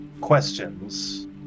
questions